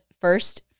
First